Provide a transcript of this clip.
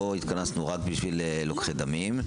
לא התכנסנו רק בשביל לוקחי דמים.